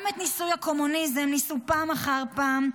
גם את ניסוי הקומוניזם ניסו פעם אחר פעם,